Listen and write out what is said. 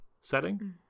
setting